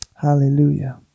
Hallelujah